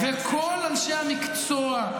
כל אנשי המקצוע,